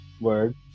Word